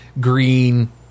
Green